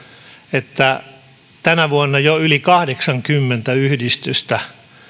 että tänä vuonna jo yli kahdeksankymmentä yhdistystä